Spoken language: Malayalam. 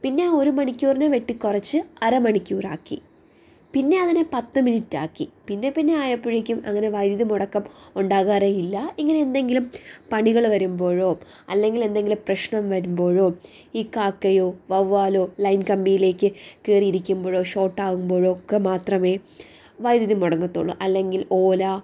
പിന്നെ ഒരു മണിക്കൂറിനെ വെട്ടിക്കുറച്ച് അരമണിക്കൂറാക്കി പിന്നെ അതിനെ പത്ത് മിനിറ്റാക്കി പിന്നെ പിന്നെ ആയപ്പോഴേക്കും അങ്ങനെ വൈദ്യുതി മുടക്കം ഉണ്ടാകാറേ ഇല്ല ഇങ്ങനെ എന്തെങ്കിലും പണികൾ വരുമ്പോഴോ അല്ലങ്കിൽ എന്തെങ്കിലും പ്രശ്നം വരുമ്പോഴോ ഈ കാക്കയോ വവ്വാലോ ലൈൻ കമ്പിയിലേക്ക് കയറി ഇരിക്കുമ്പോഴോ ഷോർട്ടാകുമ്പോഴോ ഒക്കെ മാത്രമേ വെദ്യുതി മുടങ്ങത്തുള്ളൂ അല്ലെങ്കിൽ ഓല